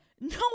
no